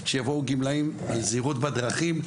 שיבואו גמלאים על זהירות בדרכים,